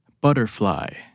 butterfly